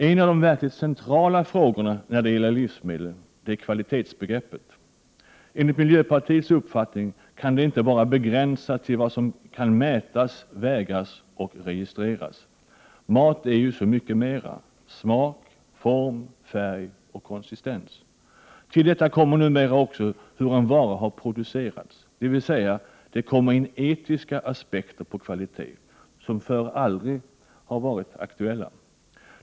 En av de centrala frågorna när det gäller livsmedel är kvalitetsbegreppet. Enligt miljöpartiets uppfattning kan detta inte bara begränsas till vad som kan mätas, vägas och registreras. Mat är så mycket mera, dvs. smak, form, färg och konsistens. Till detta kommer numera också hur en vara har producerats, dvs. det kommer in etiska aspekter på kvalitet som förr aldrig var aktuella.